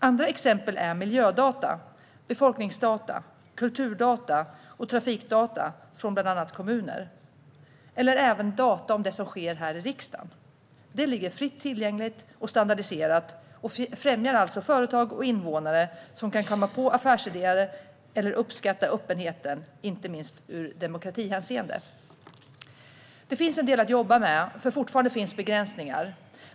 Andra exempel är miljödata, befolkningsdata, kulturdata och trafikdata från bland annat kommuner. Det handlar även om data om det som sker här i riksdagen. Det ligger fritt tillgängligt och standardiserat och främjar alltså företag och invånare, som kan komma på affärsidéer eller uppskatta öppenheten, inte minst ur demokratihänseende. Det finns en del att jobba med, för fortfarande finns det begränsningar.